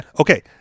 Okay